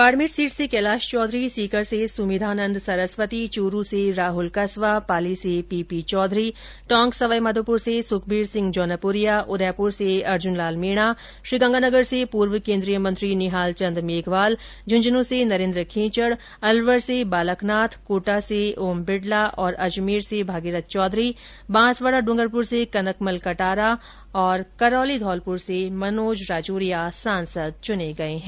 Barmer seat से कैलाश चौधरी सीकर से सुमेधानन्द सरस्वती चूरू से राहुल कस्वा पाली से पीपी चौधरी टोंक सवाईमाधोपुर से सुखबीर सिंह जोनापुरिया उदयपुर से अर्जुनलाल मीणा गंगानगर से पूर्व कोन्द्रीय मंत्री निहालचन्द मेघवाल झुन्झुनू से नरेन्द्र खींचड़ अलवर से बालक नाथ कोटा से ओम बिडला और अजमेर से भागीरथ चौधरी बांसवाड़ा डूंगरपुर से कनकमल कटारा करौली धौलपुर से मनोज राजोरिया सांसद चुने गए है